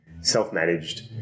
self-managed